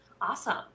awesome